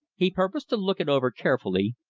he purposed to look it over carefully,